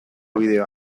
bideoa